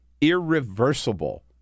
irreversible